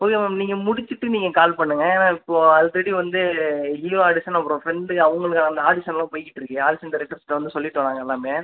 புரியல மேம் நீங்கள் முடிச்சுட்டு நீங்கள் கால் பண்ணுங்கள் ஆனால் இப்போ ஆல்ரெடி வந்து ஹீரோ ஆடிஷன் அப்புறம் ஃப்ரெண்டு அவங்களுக்கு அந்த ஆடிஷன்லாம் போய்கிட்டுருக்கு ஆஷிஸ்டன் டேரக்டர்ஸ்கிட்ட வந்து சொல்லிட்டோம் நாங்கள் எல்லாமே